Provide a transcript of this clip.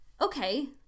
Okay